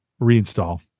reinstall